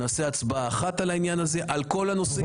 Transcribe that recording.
נעשה הצבעה אחת על העניין הזה על כל הנושאים.